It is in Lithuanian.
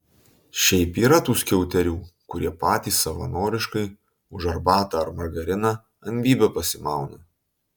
šiaip yra tų skiauterių kurie patys savanoriškai už arbatą ar margariną ant bybio pasimauna